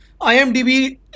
imdb